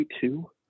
two